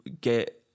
get